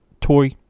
toy